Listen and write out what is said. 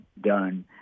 done